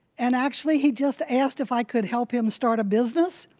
and actually he just asked if i could help him start a business.